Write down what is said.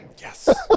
Yes